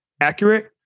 accurate